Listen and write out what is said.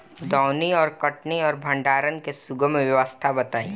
दौनी और कटनी और भंडारण के सुगम व्यवस्था बताई?